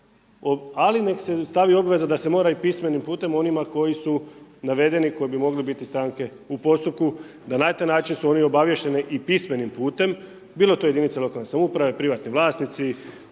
ali nek se dostavi obveza da se mora i pismenim putem onima koji su navedeni, koji bi mogli biti stranke u postupku, da na taj način su oni obaviješteni i pismenim putem, bilo to jedinice lokalne samouprave, privatni vlasnici,